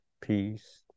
peace